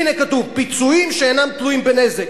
הנה כתוב: פיצויים שאינם תלויים בנזק.